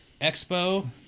expo